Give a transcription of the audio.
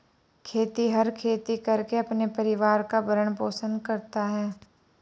खेतिहर खेती करके अपने परिवार का भरण पोषण करता है